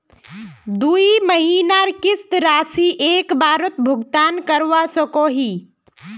दुई महीनार किस्त राशि एक बारोत भुगतान करवा सकोहो ही?